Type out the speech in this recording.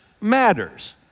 matters